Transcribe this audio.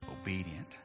obedient